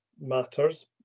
matters